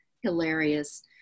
hilarious